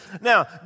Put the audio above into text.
Now